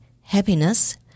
Happiness